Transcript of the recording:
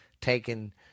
taken